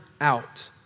out